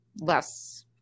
less